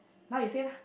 now you say lah